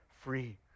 free